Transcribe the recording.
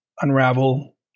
unravel